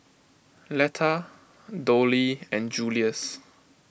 Letta Dollie and Julius